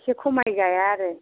एसे खमाय जाया आरो